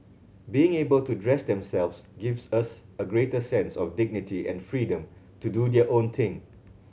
being able to dress themselves gives us a greater sense of dignity and freedom to do their own thing